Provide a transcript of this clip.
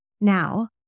Now